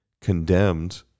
condemned